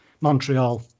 Montreal